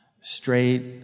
straight